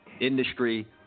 industry